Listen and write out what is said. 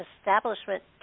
establishment